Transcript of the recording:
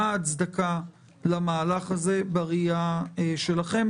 מה ההצדקה למהלך הזה בראייה שלכם?